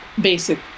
basic